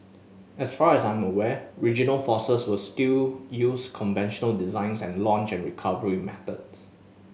as far as I'm aware regional forces was still use conventional designs and launch and recovery methods